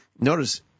Notice